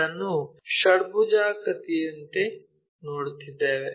ಅದನ್ನು ಷಡ್ಭುಜಾಕೃತಿಯಂತೆ ನೋಡುತ್ತಿದ್ದೇವೆ